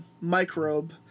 microbe